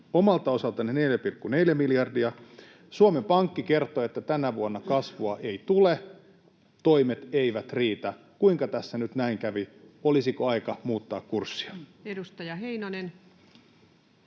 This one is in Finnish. omalta osaltanne 4,4 miljardia. Suomen Pankki kertoi, että tänä vuonna kasvua ei tule, toimet eivät riitä. Kuinka tässä nyt näin kävi? Olisiko aika muuttaa kurssia? [Speech